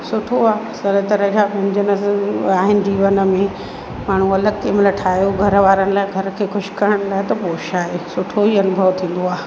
सुठो आहे तरह तरह जा व्यंजन आहिनि जीवन में माण्हू अलॻि केमहिल ठाहियो घरु वारनि लाइ घर खे ख़ुशि करण लाइ त पोइ छा आहे सुठो ई अनुभव थींदो आहे